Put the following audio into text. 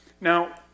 Now